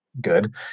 good